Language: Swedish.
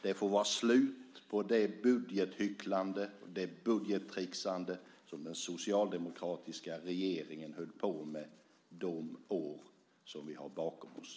Det får vara slut på det budgethycklande och budgettricksande som den socialdemokratiska regeringen höll på med de år som vi har bakom oss.